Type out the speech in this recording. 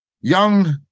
young